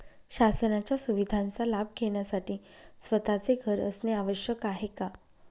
शासनाच्या सुविधांचा लाभ घेण्यासाठी स्वतःचे घर असणे आवश्यक आहे का?